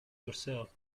yourself